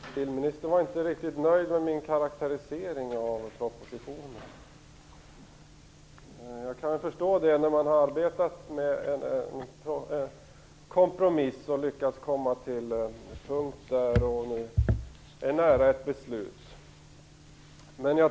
Herr talman! Civilministern var inte riktigt nöjd med min karakterisering av propositionen. Jag kan förstå det. Här har man arbetat med en kompromiss och lyckats komma till en punkt där man är nära ett beslut.